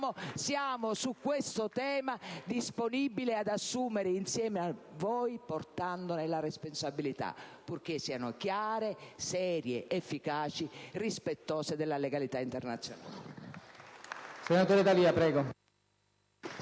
su questo tema, ad assumere insieme a voi, portandone la responsabilità? Purché queste siano chiare, serie, efficaci e rispettose della legalità internazionale.